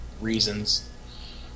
reasons